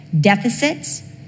deficits